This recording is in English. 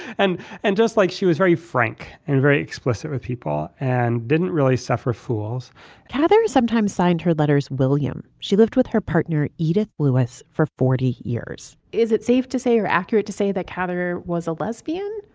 and and just like she was very frank and very explicit with people and didn't really suffer fools cather's sometimes signed her letters, william. she lived with her partner, edith lewis, for forty years. is it safe to say or accurate to say that cather was a lesbian?